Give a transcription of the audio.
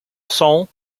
soul